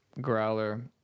growler